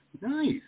nice